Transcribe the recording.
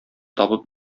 табып